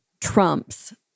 trumps